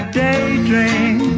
daydream